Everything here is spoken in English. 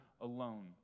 alone